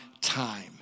time